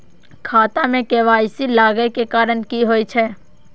खाता मे के.वाई.सी लागै के कारण की होय छै?